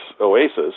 oasis